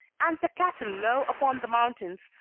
and the cattle low upon the mountains,